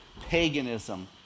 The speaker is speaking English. paganism